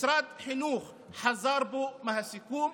משרד החינוך חזר בו מהסיכום.